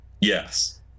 yes